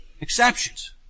exceptions